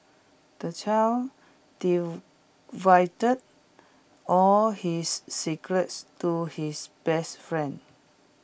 the child divulged all his secrets to his best friend